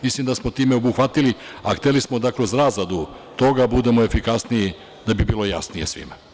Mislim da smo time obuhvatili, a hteli smo da uz razradu toga budemo efikasniji da bi bilo jasnije svima.